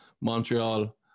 Montreal